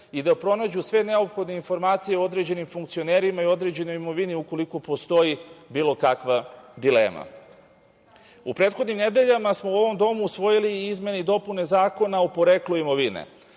i da pronađu sve neophodne informacije o određenim funkcionerima i o određenoj imovini ukoliko postoji bilo kakva dilema.U prethodnim nedeljama smo u ovom domu usvojili i izmene i dopune Zakona o poreklu imovine